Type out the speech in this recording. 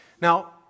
Now